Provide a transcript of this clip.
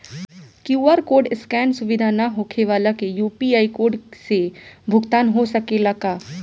QR code scan सुविधा ना होखे वाला के यू.पी.आई कोड से भुगतान हो सकेला का?